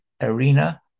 Arena